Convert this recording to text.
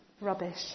rubbish